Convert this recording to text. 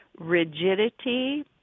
rigidity